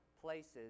places